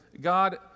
God